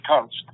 coast